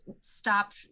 stop